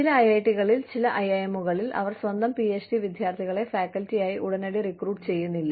ചില ഐഐടികളിൽ ചില ഐഐഎമ്മുകളിൽ അവർ സ്വന്തം പിഎച്ച്ഡി വിദ്യാർത്ഥികളെ ഫാക്കൽറ്റിയായി ഉടനടി റിക്രൂട്ട് ചെയ്യുന്നില്ല